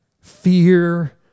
fear